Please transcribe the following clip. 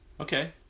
Okay